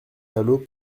dalloz